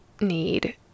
need